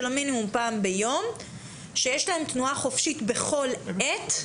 המינימום פעם ביום שיש להם תנועה חופשית בכל עת,